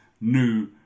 new